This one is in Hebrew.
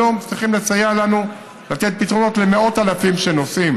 היום צריכים לסייע לנו לתת פתרונות למאות אלפים שנוסעים.